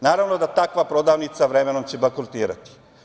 Naravno da će takva porodica vremenom bankrotirati.